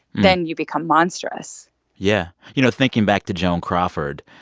then you become monstrous yeah. you know, thinking back to joan crawford,